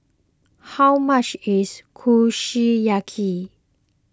how much is Kushiyaki